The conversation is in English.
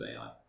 AI